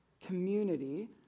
community